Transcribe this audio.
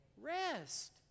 Rest